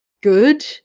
good